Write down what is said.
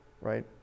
right